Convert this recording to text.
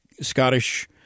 Scottish